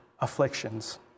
afflictions